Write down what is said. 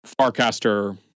Farcaster